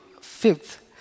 fifth